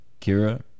Kira